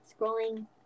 Scrolling